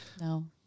no